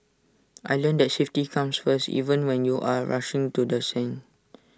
I learnt that safety comes first even when you are rushing to the scene